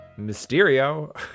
Mysterio